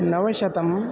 नवशतम्